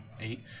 Eight